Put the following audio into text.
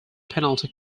penalty